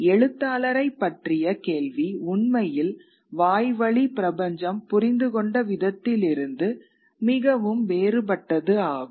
எழுத்தாளரைப் பற்றிய கேள்வி உண்மையில் வாய்வழி பிரபஞ்சம் புரிந்துகொண்ட விதத்திலிருந்து மிகவும் வேறுபட்டது ஆகும்